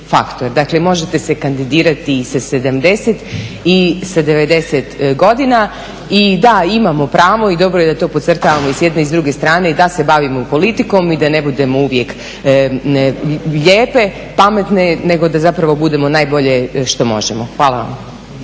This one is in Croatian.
Dakle možete se kandidirati i sa 70 i sa 90 godina. I da imamo pravo i dobro je da to podcrtavamo i s jedne i sa druge strane da se bavimo politikom i da ne budemo uvijek lijepe, pametne nego da budemo najbolje što možemo. Hvala vam.